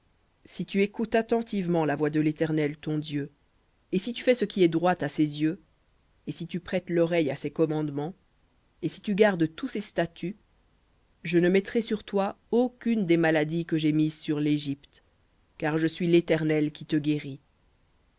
si tu écoutes attentivement la voix de l'éternel ton dieu et si tu fais ce qui est droit à ses yeux et si tu prêtes l'oreille à ses commandements et si tu gardes tous ses statuts je ne mettrai sur toi aucune des maladies que j'ai mises sur l'égypte car je suis l'éternel qui te guérit